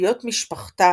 וציפיות משפחתה